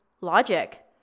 logic